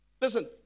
Listen